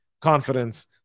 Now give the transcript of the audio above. confidence